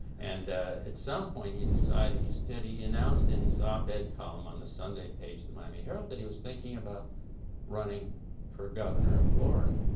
and at some point he decided he announced in his op ed column on the sunday page of the miami herald that he was thinking about running for governor of florida.